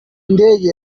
ndege